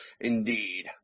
indeed